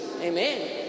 Amen